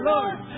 Lord